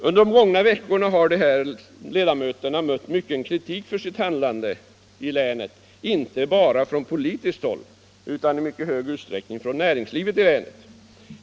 Under de gångna veckorna har dessa ledamöter mött mycken kritik i länet för sitt handlande inte bara på politiskt håll utan i mycket stor utsträckning från näringslivet i länet.